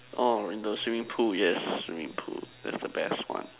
oh in the swimming pool yes swimming pool that's the best one